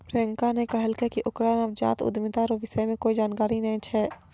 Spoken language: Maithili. प्रियंका ने कहलकै कि ओकरा नवजात उद्यमिता रो विषय मे कोए जानकारी नै छै